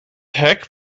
hek